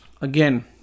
again